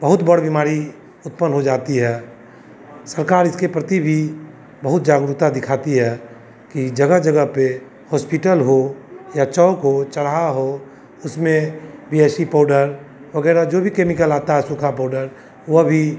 बहुत बड़ा बिमारी उत्पन्न हो जाती है सरकार इसके प्रति भी बहुत जागरूकता दिखाती है कि जगह जगह पर होस्पिटल हो या चौक हो चौराहा हो उसमें भी ऐसी पोउडर वगैरह जो भी केमिकल आता है सूखा पोऊडर वह अभी